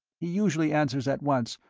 he usually answers at once,